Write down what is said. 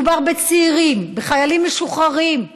מדובר בצעירים, בחיילים משוחררים,